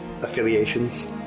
affiliations